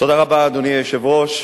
אדוני היושב-ראש,